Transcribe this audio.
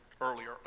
earlier